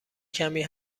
کمی